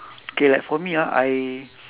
K like for me ah I